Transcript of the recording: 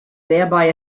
thereby